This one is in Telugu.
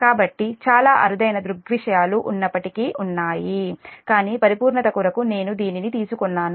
కాబట్టి చాలా అరుదైన దృగ్విషయాలు ఉన్నప్పటికీ ఉన్నాయి కానీ పరిపూర్ణత కొరకు నేను దీనిని తీసుకున్నాను